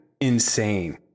Insane